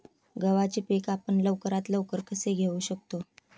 गव्हाचे पीक आपण लवकरात लवकर कसे घेऊ शकतो?